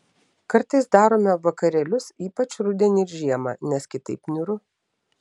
kartais darome vakarėlius ypač rudenį ir žiemą nes kitaip niūru